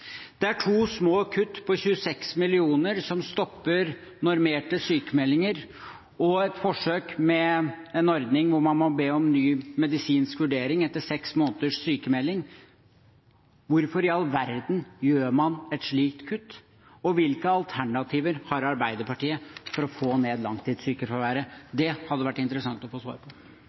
Det er to små kutt på 26 mill. kr som stopper normerte sykmeldinger og et forsøk med en ordning hvor man må be om en ny medisinsk vurdering etter seks måneders sykmelding. Hvorfor i all verden gjør man et slikt kutt? Hvilke alternativer har Arbeiderpartiet for å få ned langtidssykefraværet? Det hadde det vært interessant å få svar på.